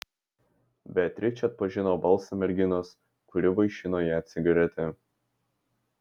beatričė atpažino balsą merginos kuri vaišino ją cigarete